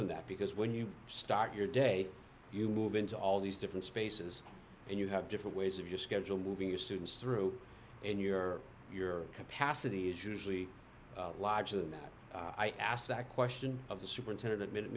than that because when you start your day you move into all these different spaces and you have different ways of your schedule moving your students through and your your capacity is usually larger than that i asked that question of the superintendent